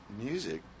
music